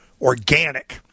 organic